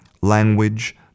language